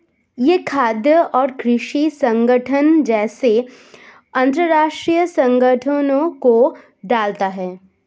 यह खाद्य और कृषि संगठन जैसे अंतरराष्ट्रीय संगठनों को डालता है